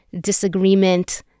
disagreement